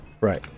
Right